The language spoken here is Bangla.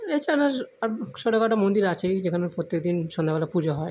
এছাড়া আর ছোটোখাটো মন্দির আছেই যেখানে প্রত্যেক দিন সন্ধ্যেবেলা পুজো হয়